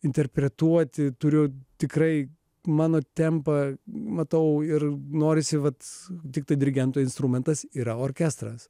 interpretuoti turiu tikrai mano tempą matau ir norisi vat tiktai dirigento instrumentas yra orkestras